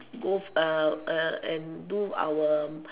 go and do our